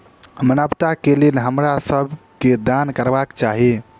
मानवता के लेल हमरा सब के दान करबाक चाही